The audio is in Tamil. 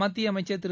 மத்திய அமைச்சா் திரு